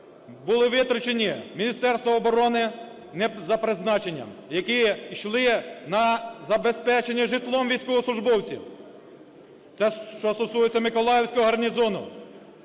були витрачені Міністерством оборони не за призначенням, які йшли на забезпечення житлом військовослужбовців. Це, що стосується Миколаївського гарнізону.